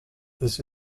this